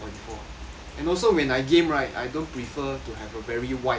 and also when I game right I don't prefer to have a very wide